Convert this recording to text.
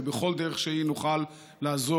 ובכל דרך שהיא נוכל לעזור.